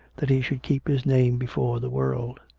that he should keep his name before the world.